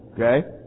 Okay